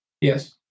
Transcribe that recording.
Yes